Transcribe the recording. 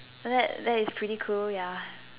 that that is pretty cool ya